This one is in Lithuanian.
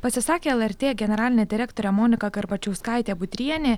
pasisakė lrt generalinė direktorė monika garbačiauskaitė budrienė